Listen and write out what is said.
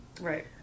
Right